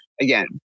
Again